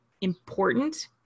important